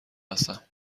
هستم